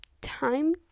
time